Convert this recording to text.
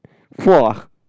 four ah